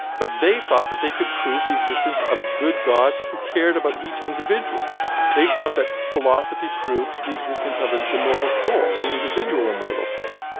but they thought that they could prove the existence of a good god who cared about each they thought that philosophy proved the existence of an immortal soul, an individual immortal soul.